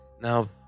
Now